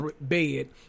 bed